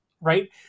right